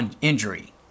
injury